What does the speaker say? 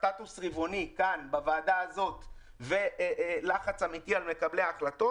סטטוס רבעוני כאן בוועדה הזאת ולחץ אמיתי על מקבלי ההחלטות.